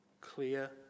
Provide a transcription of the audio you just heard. clear